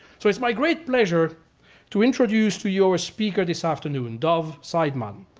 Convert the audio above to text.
so it's my great pleasure to introduce to you our speaker this afternoon, dov seidman.